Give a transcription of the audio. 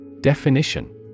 Definition